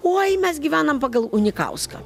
oi mes gyvenam pagal unikauską